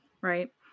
Right